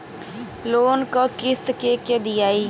Loan क किस्त के के दियाई?